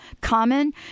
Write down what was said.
common